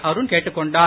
அருண் கேட்டுக் கொண்டார்